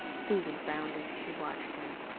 susan frowned as she watched him.